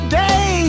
day